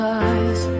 eyes